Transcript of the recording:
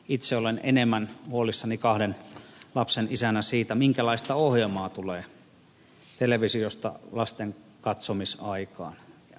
itse olen enemmän huolissani kahden lapsen isänä siitä minkälaista ohjelmaa tulee televisiosta lasten katsomisaikaan